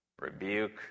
rebuke